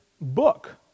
book